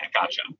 Gotcha